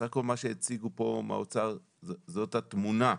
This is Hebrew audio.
בסך הכל מה שהציגו פה באוצר זאת התמונה,